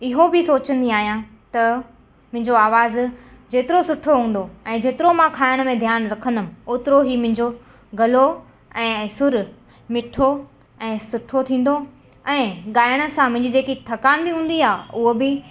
इहो बि सोचंदी आहियां त मुंहिंजो आवाज़ु जेतिरो सुठो हूंदो ऐं जेतिरा मां खाइण में ध्यानु रखंदमि ओतिरो ई मुंहिंजो गलो ऐं सुर मिठो ऐं सुठो थींदो ऐं ॻाइण सां मुंहिंजी जेकी थकान बि हूंदी आहे उहो बि